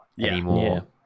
anymore